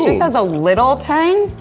has a little tang,